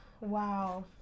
Wow